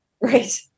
right